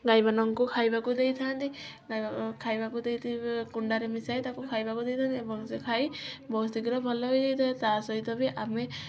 ଗାଈ ମାନଙ୍କୁ ଖାଇବାକୁ ଦେଇଥାନ୍ତି ଖାଇବାକୁ ଦେଇ ଦେଇ କୁଣ୍ଡାରେ ମିଶାଇ ତାକୁ ଖାଇବାକୁ ଦେଇଥାନ୍ତି ଏବଂ ସେ ଖାଇ ବହୁତ୍ ଶୀଘ୍ର ଭଲ ହୋଇଯାଇ ଥାଏ ତା ସହିତ ବି ଆମେ